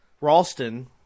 Ralston